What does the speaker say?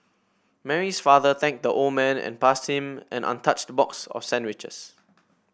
Mary's father thanked the old man and passed him an untouched box of sandwiches